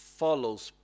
follows